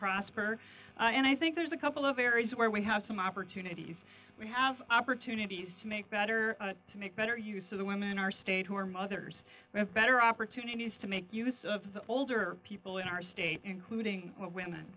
prosper and i think there's a couple of areas where we have some opportunities we have opportunities to make better to make better use of the women in our state who are mothers better opportunities to make use of the older people in our state including women